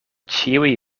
ĉiuj